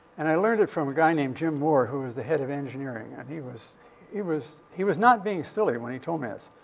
and i learned it from a guy named jim warr, who was the head of engineering. and he was he was he was not being silly when he told me this.